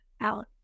out